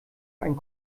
einen